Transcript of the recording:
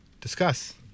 discuss